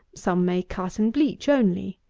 some may cut and bleach only.